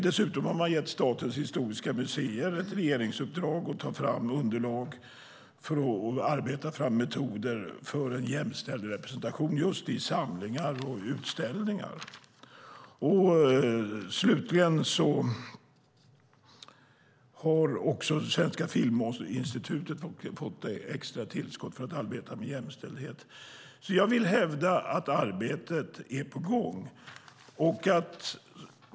Dessutom har man gett Statens historiska museer ett regeringsuppdrag att ta fram underlag för att arbeta fram metoder för en jämställd representation i samlingar och utställningar. Slutligen har också Svenska Filminstitutet fått ett extra tillskott för att arbeta med jämställdhet. Jag vill hävda att arbetet är på gång.